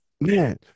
man